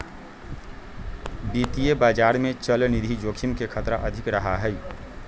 वित्तीय बाजार में चलनिधि जोखिम के खतरा अधिक रहा हई